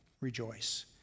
Rejoice